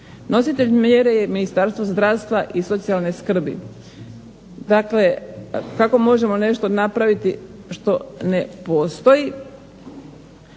Nositelj mjere je Ministarstvo zdravstva i socijalne skrbi. Dakle, kako možemo nešto napraviti što ne postoji?